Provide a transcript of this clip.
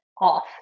off